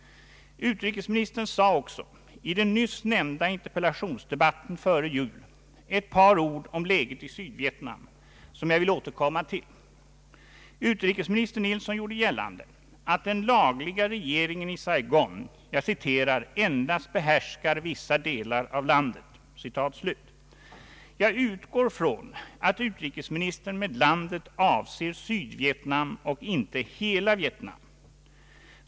Utrikesministern sade även i den nyss nämnda interpellationsdebatten före jul ett par ord om läget i Sydvietnam, som jag vill återkomma till. Utrikesminister Nilsson gjorde gällande att den lagliga regeringen i Saigon ”endast behärskar vissa delar av landet”. Jag utgår från att utrikesministern med ”landet” avser Sydvietnam och inte hela Vietnam.